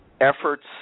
efforts